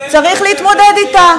צריך להתמודד אתה.